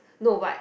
no but